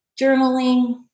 journaling